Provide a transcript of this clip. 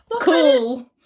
Cool